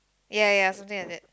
ya ya something like that